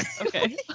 Okay